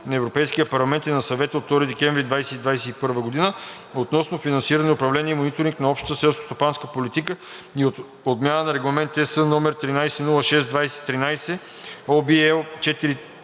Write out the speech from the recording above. на Европейския парламент и на Съвета от 2 декември 2021 г. относно финансирането, управлението и мониторинга на общата селскостопанска политика и за отмяна на Регламент (ЕС) № 1306/2013 (OB,